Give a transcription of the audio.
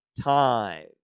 time